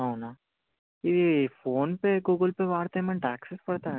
అవునా ఇది PhonePe Google Pay వాడితే ఏమైనా టాక్సెస్ పడతాయి అండి